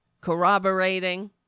corroborating